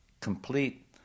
complete